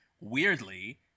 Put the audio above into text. weirdly